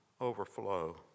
overflow